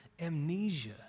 amnesia